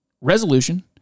resolution